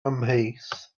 amheus